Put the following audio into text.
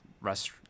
rest